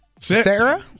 Sarah